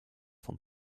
von